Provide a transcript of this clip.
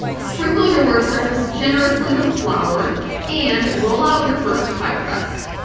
sprinkle your work surface generously with flour and roll out your first pie crust.